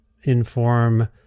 inform